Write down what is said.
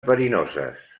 verinoses